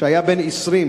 שהיה בן 20,